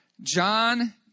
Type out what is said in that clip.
John